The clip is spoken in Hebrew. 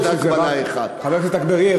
חבר הכנסת אגבאריה,